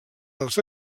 als